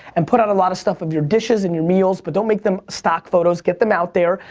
and put out a lot of stuff of your dishes and your meals, but don't make them stock photos. get them out there.